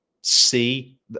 see